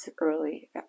early